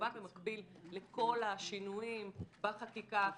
כמובן במקביל לכל השינויים בחקיקה.